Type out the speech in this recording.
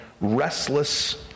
restless